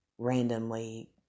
Randomly